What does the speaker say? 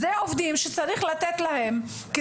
אלה עובדים שצריך לתת להם.